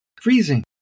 freezing